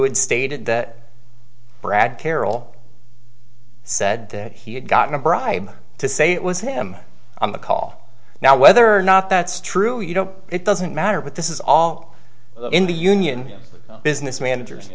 had stated that brad carroll said that he had gotten a bribe to say it was him on the call now whether or not that's true you know it doesn't matter but this is all in the union business manager